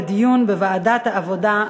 תעבור לדיון בוועדת העבודה,